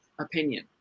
opinion